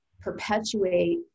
perpetuate